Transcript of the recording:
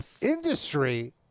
industry